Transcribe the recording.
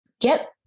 get